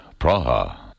Praha